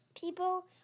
people